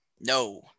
No